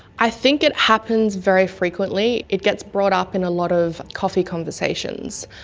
i think it happens very frequently it gets brought up in a lot of coffee conversations.